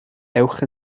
ewch